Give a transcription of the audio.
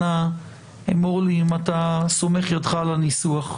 אנא אמור לי אם אתה סומך ידך על הניסוח.